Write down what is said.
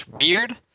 weird